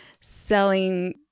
selling